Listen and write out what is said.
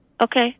Okay